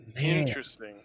Interesting